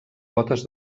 potes